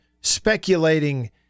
speculating